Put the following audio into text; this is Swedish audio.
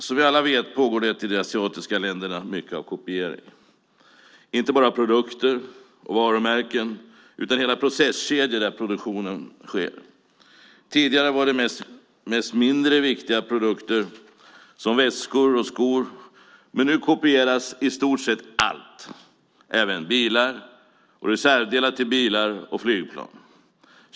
Som vi alla vet pågår i de asiatiska länderna mycket kopiering, inte bara av produkter och varumärken utan av hela processkedjor där produktionen sker. Tidigare var det mest mindre viktiga produkter som väskor och skor, men nu kopieras i stort sett allt, även bilar och reservdelar till bilar och flygplan.